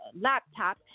laptop